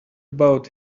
about